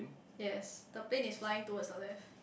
yes the plane is flying towards the left